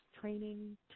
training